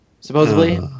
supposedly